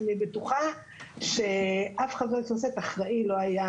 אני בטוחה שאף חבר כנסת אחראי לא היה